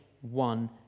one